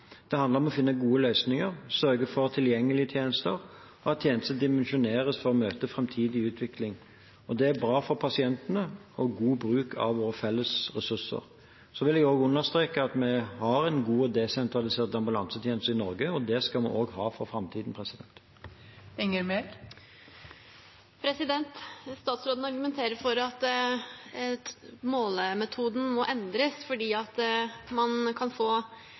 Det handler om å finne gode løsninger, sørge for tilgjengelige tjenester og at tjenesten dimensjoneres for å møte framtidig utvikling. Det er bra for pasientene og god bruk av våre felles ressurser. Jeg vil også understreke at vi har en god og desentralisert ambulansetjeneste i Norge, og det skal vi også ha i framtiden. Statsråden argumenterer for at målemetoden må endres fordi man med dagens målemetode kan få